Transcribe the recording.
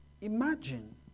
imagine